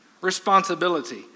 Responsibility